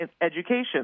education